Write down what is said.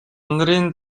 нарын